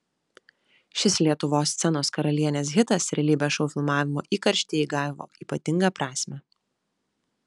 šis lietuvos scenos karalienės hitas realybės šou filmavimo įkarštyje įgavo ypatingą prasmę